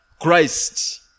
Christ